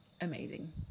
amazing